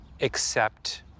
accept